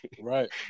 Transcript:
Right